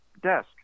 desk